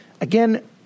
Again